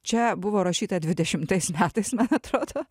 čia buvo rašyta dvidešimtais metais man atrodo